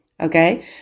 Okay